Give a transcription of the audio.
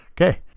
Okay